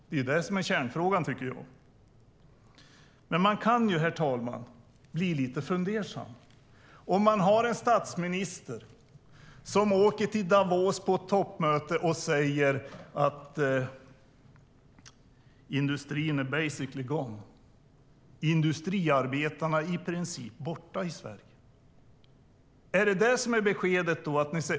Det är det som är kärnfrågan, tycker jag. Herr talman! Men man kan ju bli lite fundersam om man har en statsminister som åker till Davos på ett toppmöte och säger att industrin är basically gone. Industriarbetarna är i princip borta i Sverige.